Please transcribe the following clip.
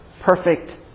perfect